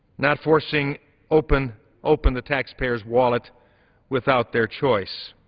not forcing open open the taxpayers' wallet without their choice.